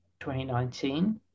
2019